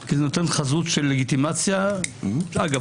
כי זה נותן חזות של לגיטימציה אגב,